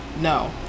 no